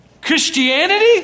Christianity